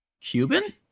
Cuban